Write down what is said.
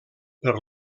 per